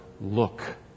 look